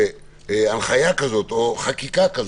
שחקיקה כזאת,